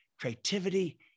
creativity